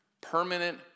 Permanent